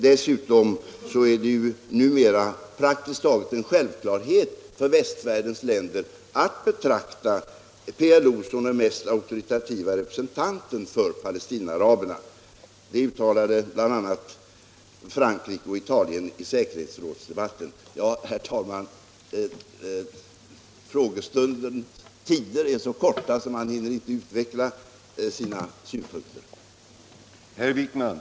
Dessutom är det ju numera praktiskt taget en självklarhet för västvärldens länder att betrakta PLO som den mest auktoritativa representanten för palestinaaraberna. Det uttalade bl.a. Frankrike och Italien i säkerhetsrådsdebatten. Herr talman! Frågestundens tider är så korta att man inte hinner utveckla sina synpunkter.